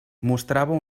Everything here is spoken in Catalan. mostrava